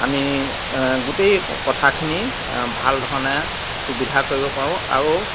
আমি গোটেই কথাখিনি ভাল ধৰণে সুবিধা কৰিব পাৰোঁ আৰু